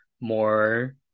more